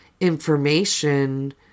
information